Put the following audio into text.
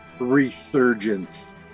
Resurgence